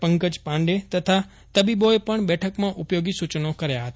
પંકજ પાંડે તથા તબીબોએ પણ ઉપયોગી સુચનો કર્યા હતા